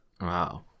Wow